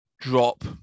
drop